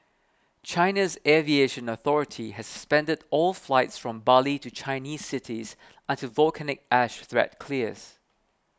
China's aviation authority has suspended all flights from Bali to Chinese cities until volcanic ash threat clears